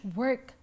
work